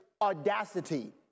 audacity